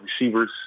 receivers